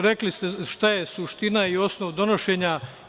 Rekli ste šta je suština i osnov donošenja.